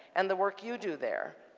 and the work you do there,